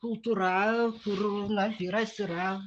kultūra kur na vyras yra